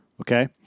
Okay